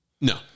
No